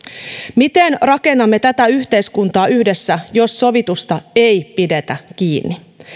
miten rakennamme tätä yhteiskuntaa yhdessä jos sovitusta ei pidetä kiinni